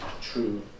true